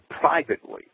privately